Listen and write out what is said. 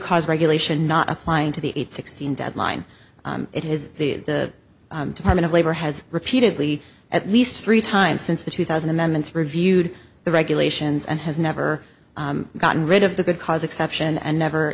cause regulation not applying to the sixteen deadline it is the department of labor has repeatedly at least three times since the two thousand amendments reviewed the regulations and has never gotten rid of the good cause exception and never